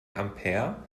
ampere